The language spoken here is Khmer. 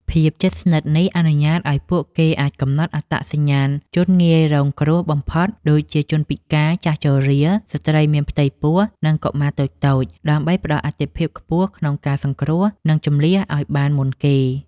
ភាពជិតស្និទ្ធនេះអនុញ្ញាតឱ្យពួកគេអាចកំណត់អត្តសញ្ញាណជនងាយរងគ្រោះបំផុត ដូចជាជនពិការ ចាស់ជរា ស្ត្រីមានផ្ទៃពោះ និងកុមារតូចៗ ដើម្បីផ្ដល់អាទិភាពខ្ពស់ក្នុងការសង្គ្រោះ និងជម្លៀសឱ្យបានមុនគេ។